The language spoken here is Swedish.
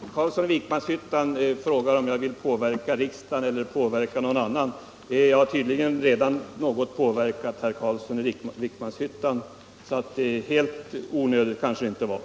Herr talman! Herr Carlsson i Vikmanshyttan frågar om jag vill påverka riksdagen eller påverka någon annan. Jag har tydligen redan något påverkat herr Carlsson i Vikmanshyttan, så helt onödigt var kanske inte mitt